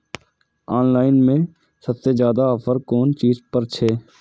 Online में सबसे ज्यादा ऑफर कोन चीज पर छे?